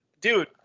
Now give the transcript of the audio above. dude